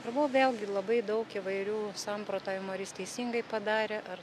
svarbu vėlgi labai daug įvairių samprotavimų ar jis teisingai padarė ar